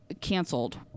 canceled